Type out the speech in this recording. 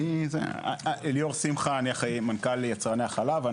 ליאור שמחה, מנכ"ל ייצרני החלב.